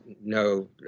no